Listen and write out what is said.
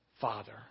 father